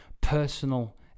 personal